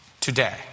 today